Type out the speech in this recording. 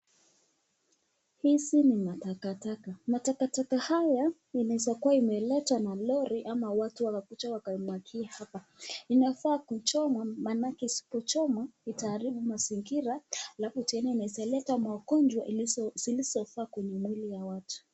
Hizi ni matakataka, matakataka haya inaweza kuwa imeletwa na lori ama watu wakakuja wakaimwagia hapa, inafaa kuchomwa, maanake isipochomwa itaharibu mazingira halafu tena inaweza leta magonjwa zisizofaa kwenye mwili ya watu..